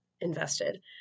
invested